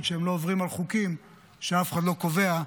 שהם לא עוברים חוקים שאף אחד לא קובע,